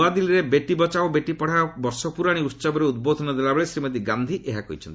ନୂଆଦିଲ୍ଲୀରେ ବେଟି ବଚାଓ ବେଟି ପଢ଼ାଓ ବର୍ଷପୂରାଣି ଉହବରେ ଉଦ୍ବୋଧନ ଦେବାବେଳେ ଶ୍ରୀମତୀ ଗାନ୍ଧୀ ଏହା କହିଛନ୍ତି